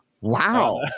wow